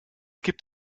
gibt